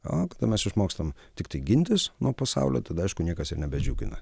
o kada mes išmokstam tiktai gintis nuo pasaulio tada aišku niekas ir nebedžiugina